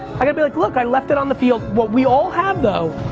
i get to, like look i left it on the field. what we all have though,